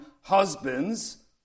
Husbands